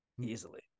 Easily